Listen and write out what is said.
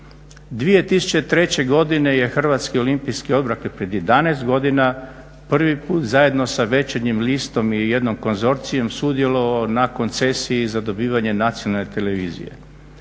2003. godine je Hrvatski olimpijski odbor, dakle pred 11 godina prvi put zajedno sa Večernjim listom i jednim konzorcijem sudjelovao na koncesiji za dobivanje nacionalne televizije.